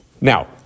Now